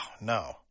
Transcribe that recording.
no